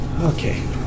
Okay